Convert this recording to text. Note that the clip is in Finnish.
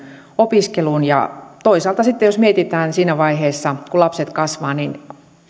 opiskeluun toisaalta sitten jos mietitään niin siinä vaiheessa kun lapset kasvavat